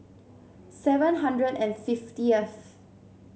seven hundred and fiftieth